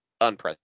unprecedented